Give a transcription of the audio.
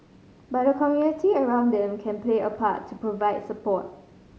but the community around them can play a part to provide support